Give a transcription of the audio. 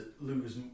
lose